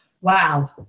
wow